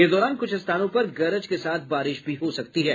इस दौरान कुछ स्थानों पर गरज के साथ बारिश भी हो सकती है